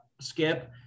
Skip